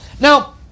Now